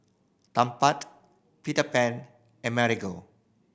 Tempt Peter Pan and Marigold